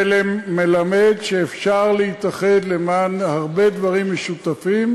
ומלמד שאפשר להתאחד למען הרבה דברים משותפים,